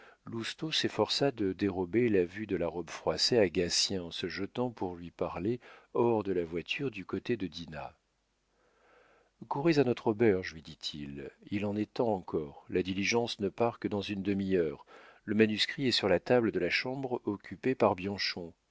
s'efforça de dérober la vue de la robe froissée à gatien en se jetant pour lui parler hors de la voiture du côté de dinah courez à notre auberge lui dit-il il en est temps encore la diligence ne part que dans une demi-heure le manuscrit est sur la table de la chambre occupée par bianchon